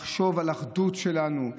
לחשוב על האחדות שלנו?